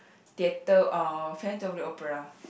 theatre uh Phantom of the Opera